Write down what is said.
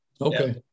Okay